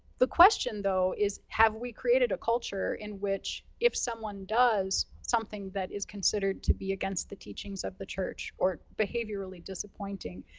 the question, though, is have we created a culture in which if someone does something that is considered to be against the teachings of the church, or behaviorally disappointing,